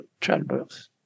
childbirth